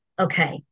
okay